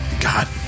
God